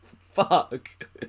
fuck